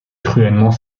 cruellement